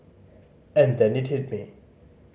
and then it hit me